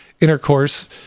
intercourse